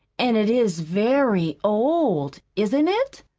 and it is very old, isn't it?